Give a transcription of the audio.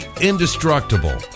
indestructible